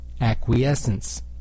acquiescence